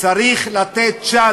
וגם עשינו שינויים,